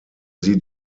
sie